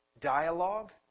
dialogue